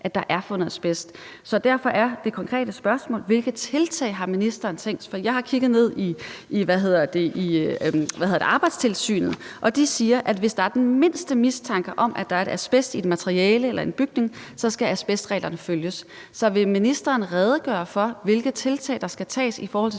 at der er fundet asbest. Derfor er det konkrete spørgsmål: Hvilke tiltag har ministeren tænkt sig at tage? For jeg har kigget ned i det i forhold til Arbejdstilsynet, og de siger, at hvis der er den mindste mistanke om, at der er asbest i et materiale eller en bygning, skal asbestreglerne følges. Så vil ministeren redegøre for, hvilke tiltag der skal tages i forhold til